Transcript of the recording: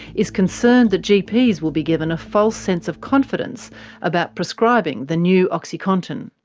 is concerned that gps will be given a false sense of confidence about prescribing the new oxycontin.